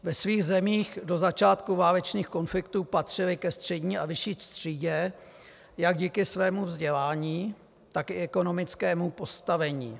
Ve svých zemích do začátku válečných konfliktů patřily ke střední a vyšší třídě jak díky svému vzdělání, tak i ekonomickému postavení.